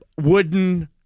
wooden